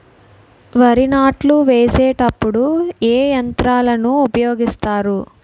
వరి నాట్లు వేసేటప్పుడు ఏ యంత్రాలను ఉపయోగిస్తారు?